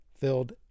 filled